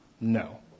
No